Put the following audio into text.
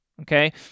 okay